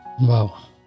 Wow